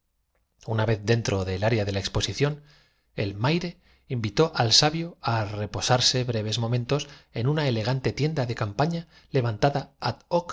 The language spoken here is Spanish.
una vez dentro del área de la expo ué hacer en circunstancias tan adversas los sición el maire invitó al sabio á reposarse breves mo pusilánimes proponían permanecer en el es mentos en una elegante tienda de campaña levantada